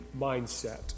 mindset